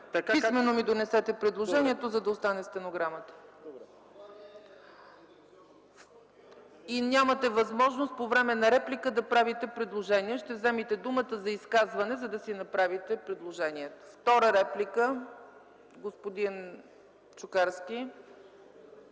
Писмено ми донесете предложението, за да остане в стенограмата. Нямате възможност по време на реплика да правите предложение. Вземете думата за изказване, за да си направите предложението. Втора реплика – господин Чукарски.